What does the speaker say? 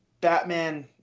Batman